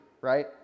right